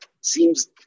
Seems